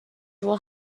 will